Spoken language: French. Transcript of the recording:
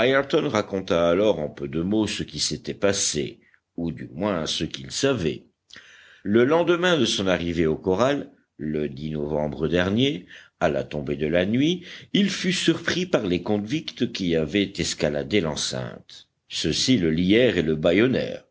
raconta alors en peu de mots ce qui s'était passé ou du moins ce qu'il savait le lendemain de son arrivée au corral le novembre dernier à la tombée de la nuit il fut surpris par les convicts qui avaient escaladé l'enceinte ceux-ci le lièrent et le